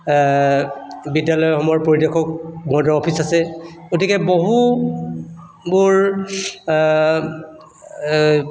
বিদ্যালয়সমূহৰ পৰিদৰ্শক বৰ্ডৰ অফিচ আছে গতিকে বহুবোৰ